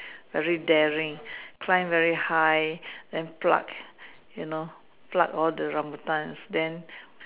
very daring climb very high then pluck you know pluck all the rambutans then